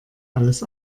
alles